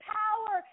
power